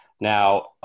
Now